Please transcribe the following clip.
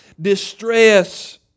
distress